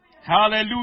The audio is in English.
Hallelujah